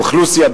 אוכלוסייה,